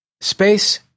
space